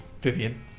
Vivian